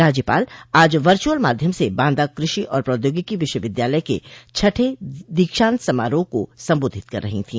राज्यपाल आज वर्च्रअल माध्यम से बांदा कृषि और प्रौद्योगिकी विश्वविद्यालय के छठें दीक्षान्त समारोह को संबोधित कर रही थी